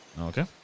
Okay